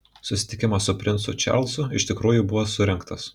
susitikimas su princu čarlzu iš tikrųjų buvo surengtas